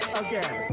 again